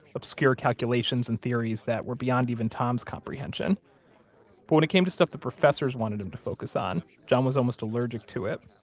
obscure calculations and theories that were beyond even tom's comprehension but when it came to stuff the professors wanted him to focus on, john was almost allergic to it.